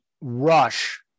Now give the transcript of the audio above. rush